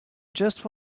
just